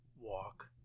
walk